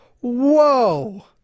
Whoa